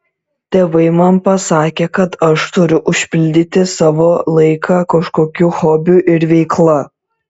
tėvai man pasakė kad aš turiu užpildyti savo laiką kažkokiu hobiu ir veikla